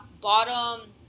bottom